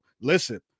Listen